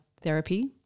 therapy